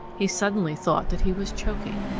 he suddenly thought that he was choking.